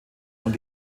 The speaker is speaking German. und